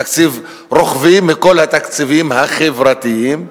קיצוץ רוחבי מכל התקציבים החברתיים.